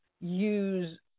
use